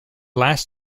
last